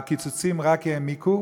הקיצוצים רק העמיקו,